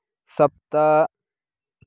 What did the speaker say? सप्त